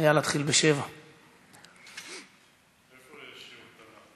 להתחיל בשעה 19:00. איפה יש שיעור תנ"ך?